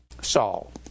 Saul